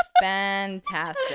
fantastic